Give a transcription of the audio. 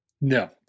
No